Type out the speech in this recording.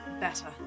better